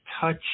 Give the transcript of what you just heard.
touch